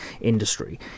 industry